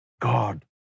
God